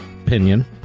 opinion